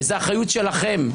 וזאת אחריות שלכם.